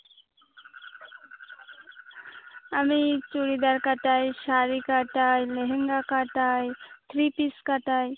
আমি চুড়িদার কাটাই শাড়ি কাটাই লেহেঙ্গা কাটাই থ্রি পিস কাটাই